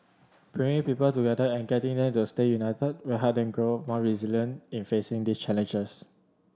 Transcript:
bringing people together and getting them to stay united will helping grow more resilient in facing the challenges